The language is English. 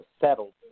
settled